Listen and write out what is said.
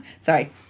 Sorry